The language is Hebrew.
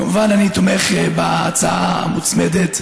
כמובן אני תומך בהצעת החוק המוצמדת.